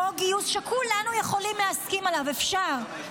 חוק גיוס שכולנו יכולים להסכים עליו, אפשר,